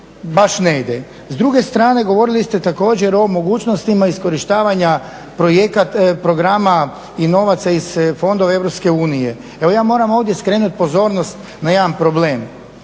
baš ne ide. S druge strane govorili ste također o mogućnostima iskorištavanja programa i novaca iz fondova EU. Evo ja moram ovdje skrenuti pozornost na jedan problem.